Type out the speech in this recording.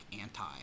anti